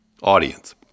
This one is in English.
audience